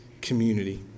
community